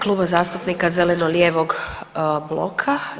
Kluba zastupnika zeleno-lijevog bloka.